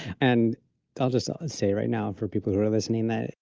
and i'll just ah and say right now, for people who are listening that,